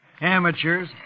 Amateurs